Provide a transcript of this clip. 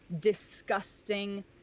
disgusting